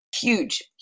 Huge